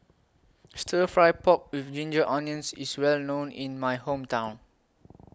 Stir Fry Pork with Ginger Onions IS Well known in My Hometown